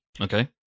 Okay